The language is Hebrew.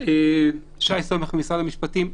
מהודק.